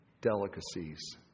delicacies